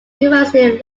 university